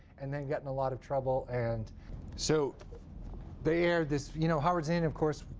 and then got in a lot of trouble. and so they aired this you know howard zinn of course,